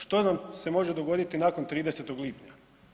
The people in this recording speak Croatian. Što nam se može dogoditi nakon 30. lipnja?